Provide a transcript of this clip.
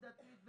עובדתית,